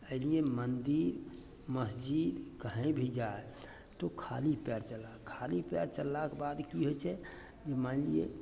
अइलियै मन्दिर मस्जिद कहीं भी जाइ तो खाली पयर चलऽ खाली पयर चललाके बाद की होइ छै जे मानि लिअ